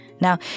Now